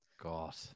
God